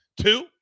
two